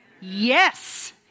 Yes